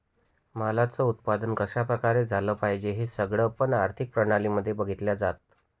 मालाच उत्पादन कशा प्रकारे झालं पाहिजे हे सगळं पण आर्थिक प्रणाली मध्ये बघितलं जातं